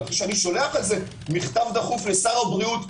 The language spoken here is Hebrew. ואני שולח על זה מכתב דחוף לשר הבריאות,